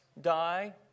die